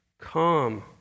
come